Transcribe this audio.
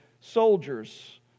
soldiers